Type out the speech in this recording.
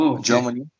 Germany